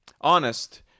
Honest